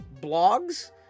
blogs